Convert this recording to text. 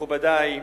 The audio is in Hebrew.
מכובדי,